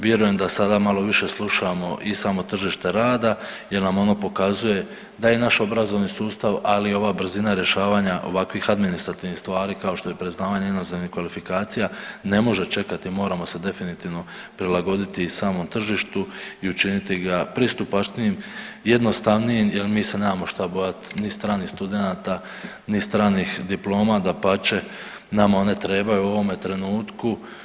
Vjerujem da sada malo više slušamo i samo tržište rada jer nam ono pokazuje da je naš obrazovni sustav, ali i ova brzina rješavanja ovakvih administrativnih stvari kao što je priznavanje inozemnih kvalifikacija ne može čekati, moramo se definitivno prilagodi i samom tržištu i učiniti ga pristupačnim, jednostavnijim jer mi se nemamo šta bojati ni stranih studenata, ni stranih diploma, dapače nama one trebaju u ovome trenutku.